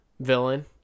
villain